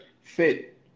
fit